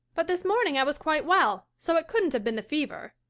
but this morning i was quite well, so it couldn't have been the fever.